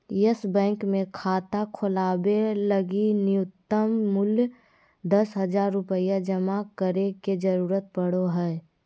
yes bank मे खाता खोलवावे लगी नुय्तम मूल्य दस हज़ार रुपया जमा करे के जरूरत पड़ो हय